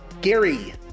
Gary